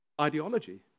ideology